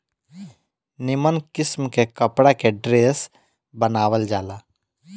निमन किस्म के कपड़ा के ड्रेस बनावल जाला